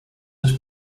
this